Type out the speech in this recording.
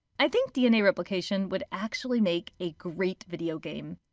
i think dna replication would actually make a great video game.